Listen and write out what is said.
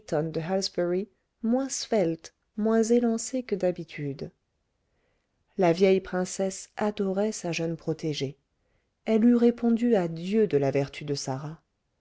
moins élancée que d'habitude la vieille princesse adorait sa jeune protégée elle eût répondu à dieu de la vertu de sarah